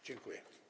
Dziękuję.